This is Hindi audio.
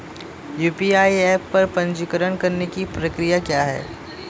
यू.पी.आई ऐप पर पंजीकरण करने की प्रक्रिया क्या है?